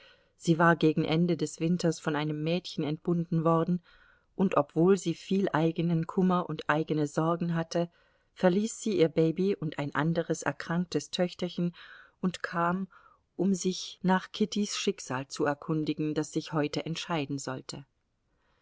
sie war gegen ende des winters von einem mädchen entbunden worden und obwohl sie viel eigenen kummer und eigene sorgen hatte verließ sie ihr baby und ein anderes erkranktes töchterchen und kam um sich nach kittys schicksal zu erkundigen das sich heute entscheiden sollte